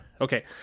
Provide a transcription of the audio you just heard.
Okay